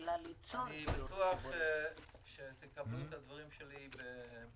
אני בטוח שתקבלו את הדברים שלי בהבנה.